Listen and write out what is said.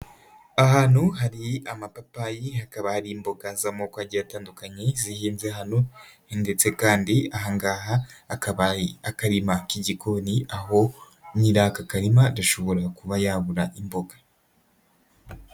Ahantu hari amapapayi hakaba hari imboga z'amokogi atandukanye zihinze hano ndetse kandi ahangaha haka hari akarima k'igikoni, aho nyirako karima gashobora kuba yabura imboga.